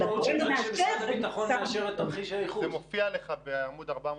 הגורם המאשר זה שר הביטחון.